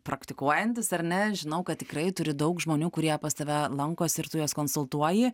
praktikuojantis ar ne žinau kad tikrai turi daug žmonių kurie pas tave lankosi ir tu juos konsultuoji